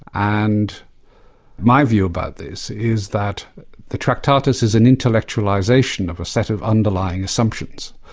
and my view about this is that the tractatus is an intellectualisation of a set of underlying assumptions.